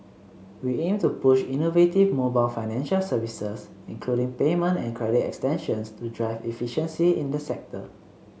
we aim to push innovative mobile financial services including payment and credit extensions to drive efficiency in the sector